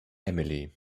emily